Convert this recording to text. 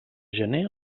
gener